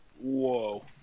Whoa